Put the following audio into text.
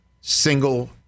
single